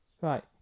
Right